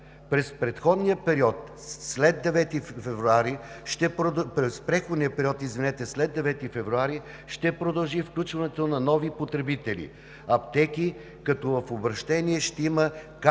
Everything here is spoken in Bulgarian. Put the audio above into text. През преходния период след 9 февруари ще продължи включването на нови потребители – аптеки, като в обращение ще има